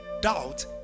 doubt